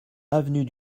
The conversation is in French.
avenue